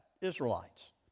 Israelites